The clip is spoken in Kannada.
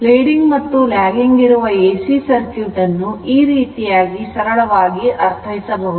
leading ಮತ್ತು lagging ಇರುವ ಎಸಿ ಸರ್ಕ್ಯೂಟ್ ಅನ್ನು ಈ ರೀತಿಯಾಗಿ ಸರಳವಾಗಿ ಅರ್ಥೈಸಬಹುದು